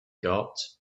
got